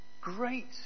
Great